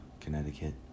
connecticut